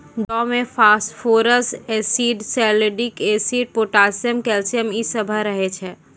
जौ मे phosphorus acid, salicylic acid, potassium, calcium इ सभ रहै छै